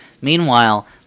meanwhile